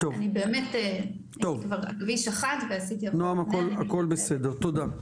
הייתי כבר על כביש מס' 1. הכול בסדר, תודה.